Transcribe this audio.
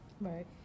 Right